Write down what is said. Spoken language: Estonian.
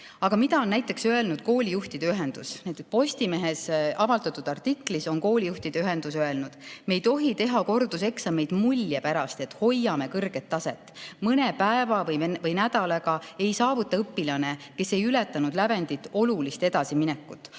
Aga mida on näiteks öelnud koolijuhtide ühendus? Postimehes avaldatud artiklis on koolijuhtide ühendus öelnud: "Me ei tohi teha korduseksameid mulje pärast, et hoiame kõrget taset. Mõne päeva või nädalaga ei saavuta õpilane, kes ei ületanud lävendit, olulist edasiminekut.